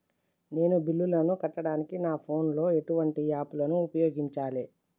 నేను బిల్లులను కట్టడానికి నా ఫోన్ లో ఎటువంటి యాప్ లను ఉపయోగించాలే?